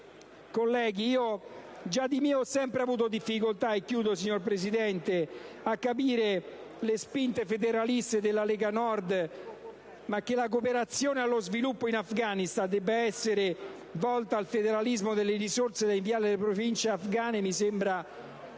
colleghi, già personalmente ho sempre avuto difficoltà a capire le spinte federaliste della Lega Nord. Ma che la cooperazione allo sviluppo in Afghanistan debba essere volta al federalismo delle risorse da inviare nelle province afghane mi sembra